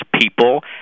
people